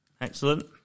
Excellent